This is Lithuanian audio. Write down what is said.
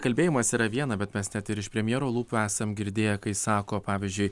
kalbėjimas yra viena bet mes net iš premjero lūpų esam girdėję kai sako pavyzdžiui